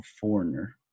foreigner